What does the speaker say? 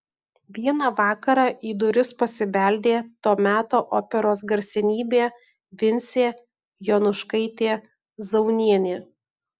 vieną vakarą į duris pasibeldė to meto operos garsenybė vincė jonuškaitė zaunienė